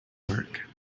work